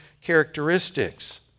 characteristics